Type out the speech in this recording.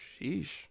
Sheesh